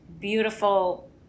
beautiful